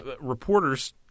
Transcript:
reporters